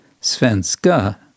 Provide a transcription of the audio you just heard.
Svenska